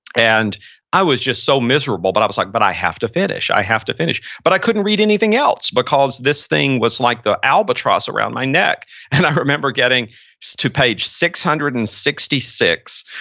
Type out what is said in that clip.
and i was just so miserable. but i was like, but i have to finish, i have to finish, but i couldn't read anything else. because this thing was like the albatross around my neck and i remember getting to page six hundred and sixty six,